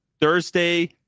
Thursday